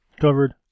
covered